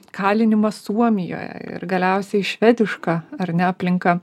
kalinimas suomijoje ir galiausiai švediška ar ne aplinka